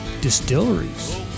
distilleries